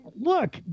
look